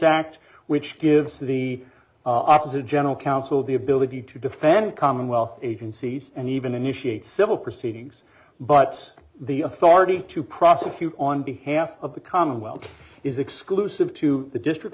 act which gives the opposite general counsel the ability to defend commonwealth agencies and even initiate civil proceedings but the authority to prosecute on behalf of the commonwealth is exclusive to the district